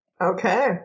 okay